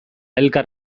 elkar